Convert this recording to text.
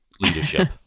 leadership